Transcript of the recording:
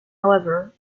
however